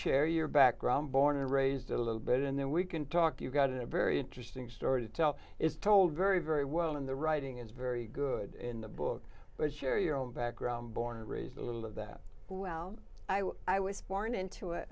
share your background born and raised a little bit and then we can talk you've got a very interesting story to tell is told very very well in the writing is very good in the book but share your own background born and raised a little of that well i was born into